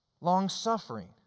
long-suffering